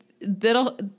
that'll